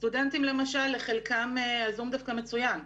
סטודנטים למשל, לחלקם הזום דווקא מצוין.